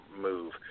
move